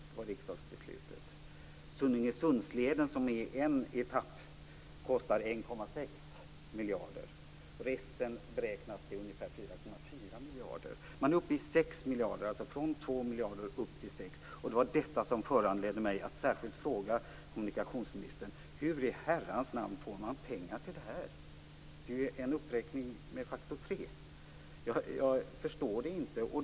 Det var riksdagsbeslutet. Sunningesundsleden, som är en etapp, kostar 1,6 miljarder. Resten beräknas till ungefär 4,4 miljarder. Man är uppe i 6 miljarder - från 2 miljarder upp till 6 - och det var detta som föranledde mig att särskilt fråga kommunikationsministern hur man i herrans namns får pengar till detta. Det är en uppräkning med faktor 3. Jag förstår det inte.